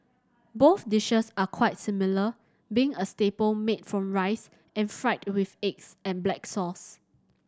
both dishes are quite similar being a staple made from rice and fried with eggs and black sauce